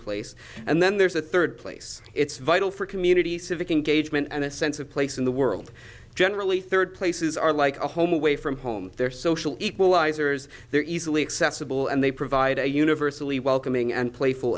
place and then there's the third place it's vital for community civic engagement and a sense of place in the world generally third places are like a home away from home their social equalizers their easily accessible and they provide a universally welcoming and playful